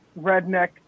redneck